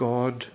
God